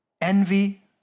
envy